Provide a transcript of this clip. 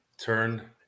turn